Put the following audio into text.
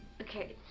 Okay